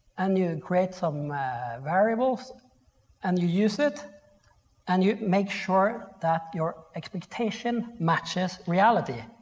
and you create some variables and you use it and you make sure that your expectation matches reality.